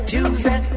Tuesday